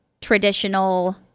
traditional